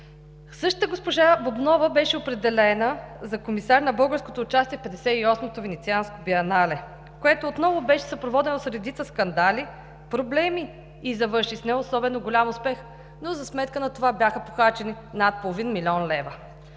Същата госпожа Бубнова беше определена за комисар на българското участие в 58-то Венецианско биенале, което отново беше съпроводено с редица скандали, проблеми и завърши с неособено голям успех, но за сметка на това бяха похарчени над половин милион лева.